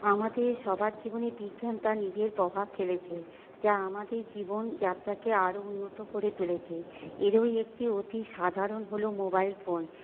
আমাদের সবার জীবনে বিজ্ঞান তার নিজের প্রভাব ফেলেছে যা আমাদের জীবনযাত্রাকে আরো উন্নত করে তুলেছে এরকমই একটি অতি সাধারণ হল মোবাইল ফোন